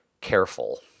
careful